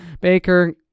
Baker